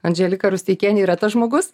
andželika rusteikienė yra tas žmogus